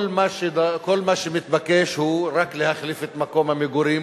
כל מה שמתבקש הוא רק להחליף את מקום המגורים.